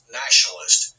nationalist